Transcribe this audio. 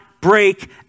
break